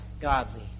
godly